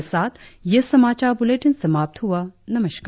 इसी के साथ यह समाचार बुलेटिन समाप्त हुआ नमस्कार